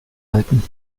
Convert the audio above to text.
halten